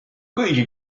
kõigi